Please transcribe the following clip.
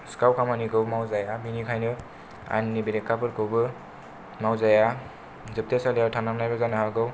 सिखाव खामानिखौ मावजाया बिनिखायनो आयेननि बेरेखाफोरखौबो मावजाया जोबथेसालियाव थानांनायबो जानो हागौ